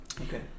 Okay